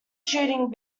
shooting